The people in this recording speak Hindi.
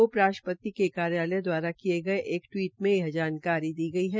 उपराष्ट्रपति ने कार्यालय द्वारा किये गये एक टिवीट में यह जानकारी दी गई है